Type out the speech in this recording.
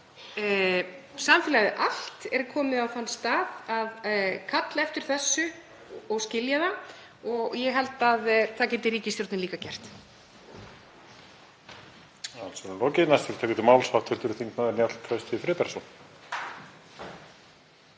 samfélagið allt sé komið á þann stað að kalla eftir þessu og skilja það og það held ég að ríkisstjórnin geti líka gert.